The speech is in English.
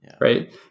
right